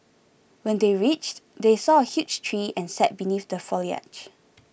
when they reached they saw a huge tree and sat beneath the foliage